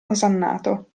osannato